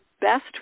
best